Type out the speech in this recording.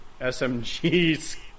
SMGs